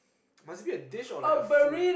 must be a dish or like a food